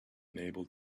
unable